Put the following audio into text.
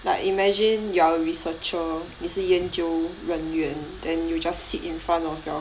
like imagine you're a researcher 你是研究人员 then you just sit in front of your